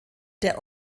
der